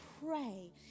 pray